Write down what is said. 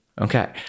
Okay